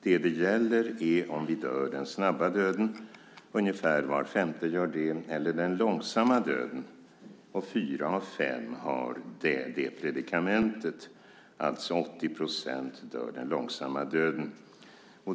Det som det gäller är om vi dör den snabba döden - ungefär var femte gör det - eller den långsamma döden, och fyra av fem har detta predikament. Det är alltså 80 % som dör den långsamma döden.